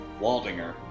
Waldinger